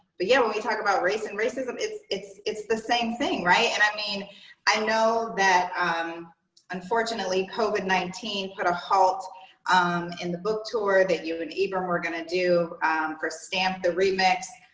but yeah when we talk about race and racism, it's it's the same thing right? and i mean i know that um unfortunately covid nineteen put a halt in the book tour that you and ibram were going to do for stamp the remix.